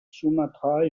sumatra